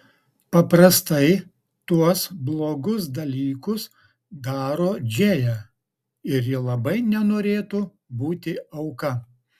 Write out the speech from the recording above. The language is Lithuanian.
paprastai tuos blogus dalykus daro džėja ir ji labai nenorėtų būti auka